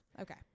Okay